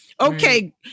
Okay